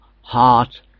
heart